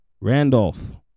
Randolph